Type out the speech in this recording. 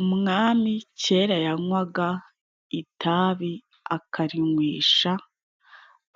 Umwami kera yanwaga itabi, akarinwesha,